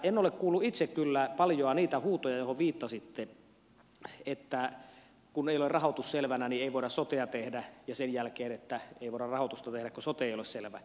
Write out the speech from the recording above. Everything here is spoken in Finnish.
en ole kuullut itse kyllä paljoa niitä huutoja joihin viittasitte että kun ei ole rahoitus selvänä niin ei voida sotea tehdä ja sen jälkeen että ei voida rahoitusta tehdä kun sote ei ole selvä